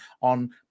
on